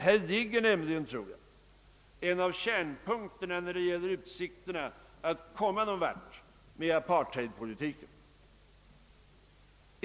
Här ligger nämligen, enligt min uppfattning, en av kärnpunkterna när det gäller utsikterna att komma någon vart med apartheidpolitiken.